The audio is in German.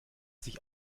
sich